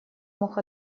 мог